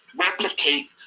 replicate